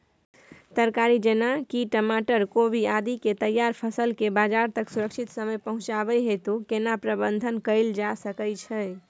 तरकारी जेना की टमाटर, कोबी आदि के तैयार फसल के बाजार तक सुरक्षित समय पहुँचाबै हेतु केना प्रबंधन कैल जा सकै छै?